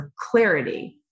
clarity